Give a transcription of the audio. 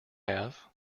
have